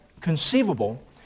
conceivable